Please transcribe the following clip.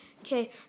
Okay